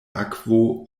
akvo